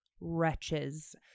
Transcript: wretches